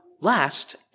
last